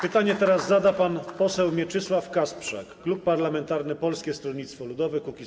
Pytanie zada pan poseł Mieczysław Kasprzak, klub parlamentarny Polskie Stronnictwo Ludowe - Kukiz15.